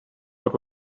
what